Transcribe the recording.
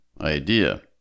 idea